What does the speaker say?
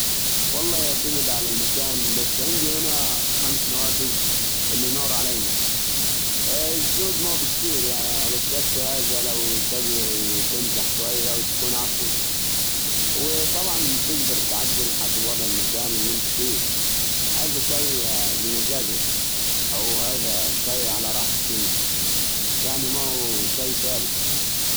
في المكان اللي أعمل فيه عندي تقريباً أربع نوافذ. النوافذ هذي تسمح بدخول الضوء الطبيعي، بتخلي الجو أكثر راحة. بحب إفتحها أحيانا عشان أستمتع بالهواء النقي. وجود النوافذ يخليني أشعر بالإنفتاح والراحة أثناء العمل.